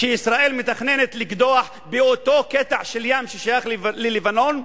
שישראל מתכננת לקדוח באותו קטע של ים ששייך ללבנון?